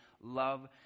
love